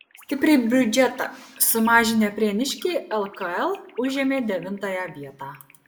stipriai biudžetą sumažinę prieniškiai lkl užėmė devintąją vietą